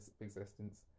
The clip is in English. existence